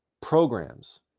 programs